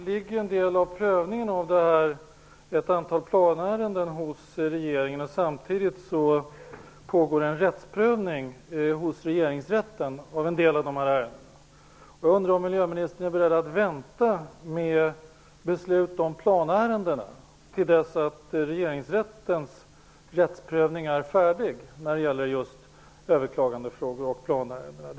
Herr talman! Prövningen av ett antal planärenden ligger nu hos regeringen. Samtidigt pågår en rättsprövning av en del av ärendena hos Regeringsrätten. Är miljöministern beredd att vänta med beslut om planärendena till dess att Regeringsrättens prövning av just överklagandefrågor och planärenden är färdig?